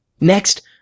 Next